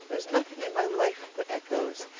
is nothing in my life but echoes.